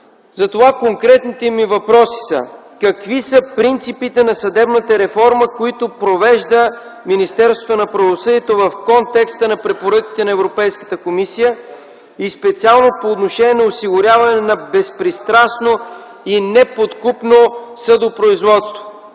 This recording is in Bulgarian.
Затова конкретните ми въпроси са: какви са принципите на съдебната реформа, които провежда Министерството на правосъдието в контекста на препоръките на Европейската комисия и специално по отношение на осигуряване на безпристрастно и неподкупно съдопроизводство?